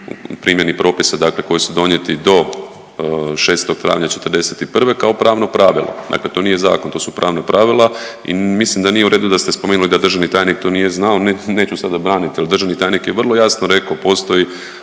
primjeni propisa, dakle koji su donijeti do 6. travnja '41. kao pravno pravilo. Dakle, to nije zakon, to su pravna pravila i mislim d nije u redu da ste spomenuli da državni tajnik to nije znao. Neću sada braniti, ali državni tajnik je vrlo jasno rekao postoji